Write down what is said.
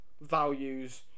values